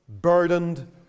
burdened